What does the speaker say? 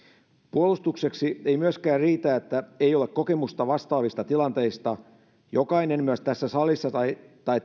puolustukseksi ei myöskään riitä että ei ole kokemusta vastaavista tilanteista jokainen myös tässä salissa tai